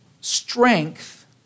strength